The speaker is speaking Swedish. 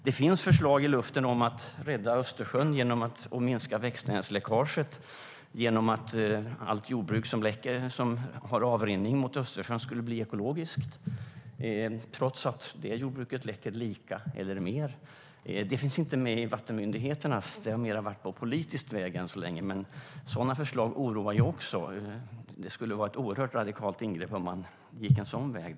Det finns förslag i luften om att rädda Östersjön och minska växtnäringsläckaget genom att allt jordbruk som läcker och har avrinning mot Östersjön skulle bli ekologiskt, trots att det jordbruket läcker lika mycket eller mer. Detta finns inte med hos vattenmyndigheterna utan har mer förts fram på politisk väg än så länge, men sådana förslag oroar också. Det skulle vara ett oerhört radikalt ingrepp om man gick en sådan väg.